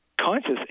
Conscious